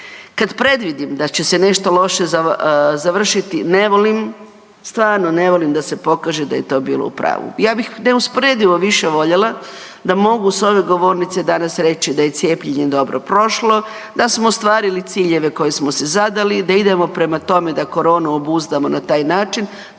Kad predvidim da će se nešto loše završiti, ne volim, stvarno ne volim da se pokaže da je to bilo u pravu. Ja bih neusporedivo više voljela da mogu s ove govornice danas reći da je cijepljenje dobro prošlo, da smo ostvarili ciljeve koje smo si zadali, da idemo prema tome da koronu obuzdamo na taj način,